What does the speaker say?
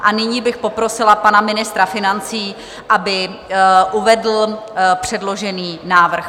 A nyní bych poprosila pana ministra financí, aby uvedl předložený návrh.